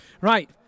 Right